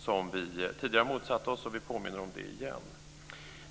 Detta har vi tidigare motsatt oss, och vi påminner om det igen.